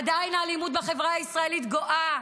עדיין האלימות בחברה הישראלית גואה,